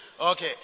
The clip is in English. okay